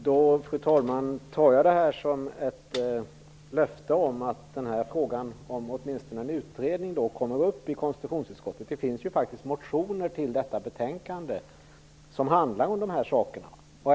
Fru talman! Jag tar då detta som ett löfte att frågan om åtminstone en utredning kommer upp i konstitutionsutskottet. Det finns faktiskt motioner i detta betänkande, vilka handlar om dessa saker.